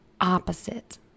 opposite